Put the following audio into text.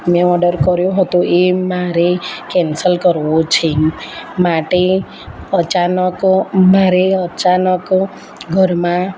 મેં ઓડર કર્યો હતો એ મારે કેન્સલ કરવો છે માટે અચાનક મારે અચાનક ઘરમાં